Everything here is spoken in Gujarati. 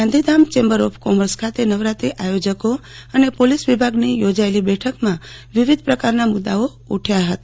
ગાંધીધામ ચેમ્બર ઓફ કોમર્સ ખાતે નવરાત્રી આયોજકો અને પોલીસ વિભાગની યોજાયેલી બેઠકમાં વિવિધ પ્રકારના મુદાઓ ઉઠ્ઠયા હતા